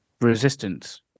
resistance